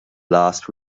last